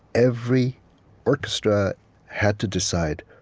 every orchestra had to decide,